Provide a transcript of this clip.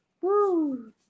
woo